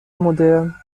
مدرن